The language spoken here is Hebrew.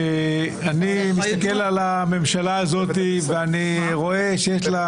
אני מסתכל על הממשלה הזאת ואני רואה שיש לה